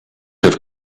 have